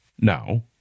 Now